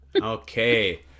Okay